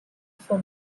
for